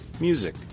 music